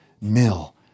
mill